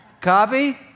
Copy